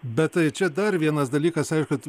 bet tai čia dar vienas dalykas aišku